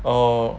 oh